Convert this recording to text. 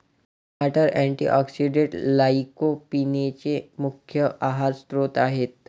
टमाटर अँटीऑक्सिडेंट्स लाइकोपीनचे मुख्य आहार स्त्रोत आहेत